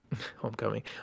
homecoming